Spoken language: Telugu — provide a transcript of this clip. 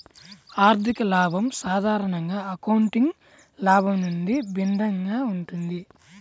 ఆర్థిక లాభం సాధారణంగా అకౌంటింగ్ లాభం నుండి భిన్నంగా ఉంటుంది